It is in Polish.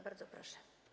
Bardzo proszę.